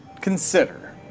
Consider